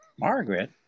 Margaret